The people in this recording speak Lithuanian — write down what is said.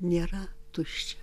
nėra tuščia